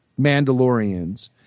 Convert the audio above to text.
Mandalorians